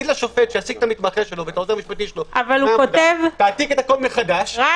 שמעסיק את המתמחה ואת העוזר המשפטי שלו תעתיק הכול מחדש- -- זה